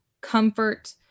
comfort